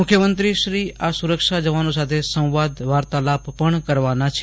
મુખ્યમંત્રીશ્રી આ સુરક્ષા જવાનો સાથે સંવાદ વાર્તાલાપ પણ કરવાના છે